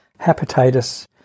hepatitis